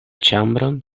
ĉambron